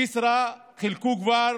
בכסרא חילקו כבר